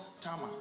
Tama